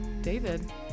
David